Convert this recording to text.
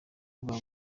bwa